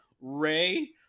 Ray